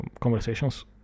conversations